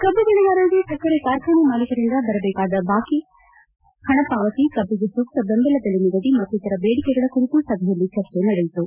ಕಬ್ಬು ಬೆಳೆಗಾರರಿಗೆ ಸಕ್ಕರೆ ಕಾರ್ಖಾನೆ ಮಾಲೀಕರಿಂದ ಬರಬೇಕಾದ ಬಾಕಿ ಹಣ ಪಾವತಿ ಕಬ್ಬಿಗೆ ಸೂಕ್ತ ಬೆಂಬಲ ಬೆಲೆ ನಿಗದಿ ಮತ್ತಿತರ ಬೇಡಿಕೆಗಳ ಕುರಿತು ಸಭೆಯಲ್ಲಿ ಚರ್ಚೆ ನಡೆಯಿತು